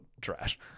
trash